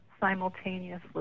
simultaneously